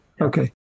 Okay